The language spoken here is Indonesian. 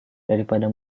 daripada